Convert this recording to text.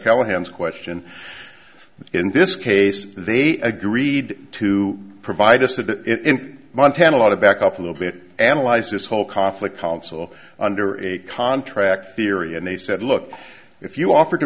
callahan's question in this case they agreed to provide us that in montana lot of back up a little bit analyzed this whole conflict council under a contract theory and they said look if you offer to